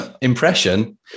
Impression